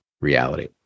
reality